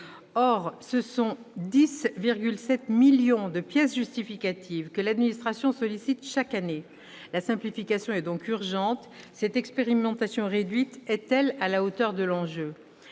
Or ce sont 10,7 millions de pièces justificatives que l'administration sollicite chaque année. La simplification est donc urgente. L'expérimentation, réduite, est-elle à la hauteur de l'enjeu ?